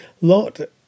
Lot